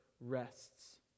rests